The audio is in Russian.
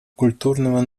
культурного